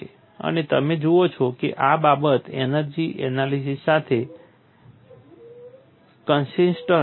અને તમે જુઓ છો કે આ બાબત એનર્જી એનાલિસીસ સાથે કન્સિસ્ટન્ટ નથી